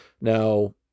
Now